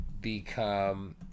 become